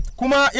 kuma